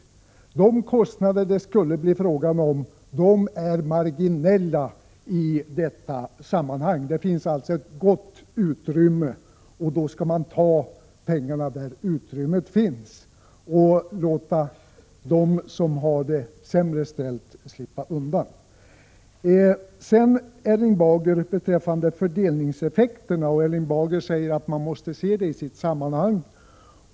Kostnaderna för detta är marginella i sammanhanget. Det finns alltså ett gott utrymme, och då bör man ta pengarna där utrymmet finns och låta dem som har det sämre ställt slippa undan. Erling Bager talade om fördelningseffekterna. Han säger att man måste se dem i sitt sammanhang.